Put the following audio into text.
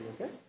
Okay